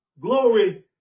Glory